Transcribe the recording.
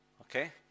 okay